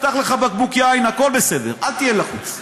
פתח לך בקבוק יין, הכול בסדר, אל תהיה לחוץ.